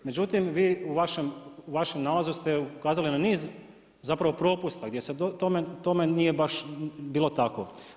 Međutim, vi u vašem nalazu ste ukazali na niz zapravo propusta gdje se tome nije baš bilo tako.